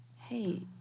hey